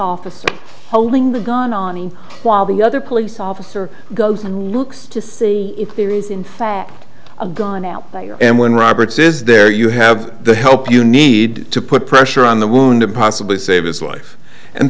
officer holding the gun on him while the other police officer goes and looks to see if there is in fact a gun out there and when roberts is there you have the help you need to put pressure on the wound and possibly save his life and